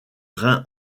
rhin